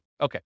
Okay